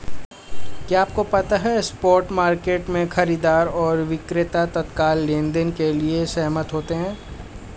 क्या आपको पता है स्पॉट मार्केट में, खरीदार और विक्रेता तत्काल लेनदेन के लिए सहमत होते हैं?